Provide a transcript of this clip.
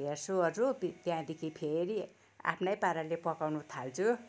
हेर्छुओर्छु त्यहाँदेखि फेरि आफ्नै पाराले पकाउनु थाल्छु